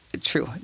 true